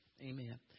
Amen